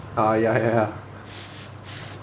ah ya ya ya